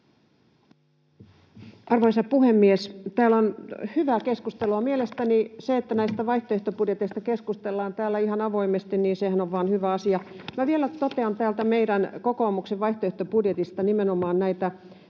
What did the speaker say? Arvoisa puhemies! Täällä on hyvää keskustelua. Mielestäni se, että näistä vaihtoehtobudjeteista keskustellaan täällä ihan avoimesti, on vain hyvä asia. Minä vielä totean täältä meidän, kokoomuksen, vaihtoehtobudjetista nimenomaan näitä